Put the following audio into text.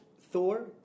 Thor